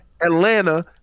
Atlanta